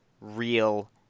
real